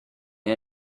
and